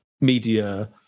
media